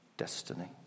destiny